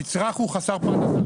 נצרך הוא חסר פרנסה.